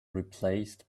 replaced